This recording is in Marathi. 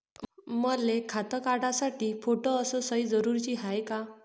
मले खातं काढासाठी फोटो अस सयी जरुरीची हाय का?